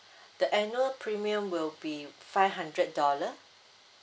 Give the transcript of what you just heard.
the annual premium will be five hundred dollar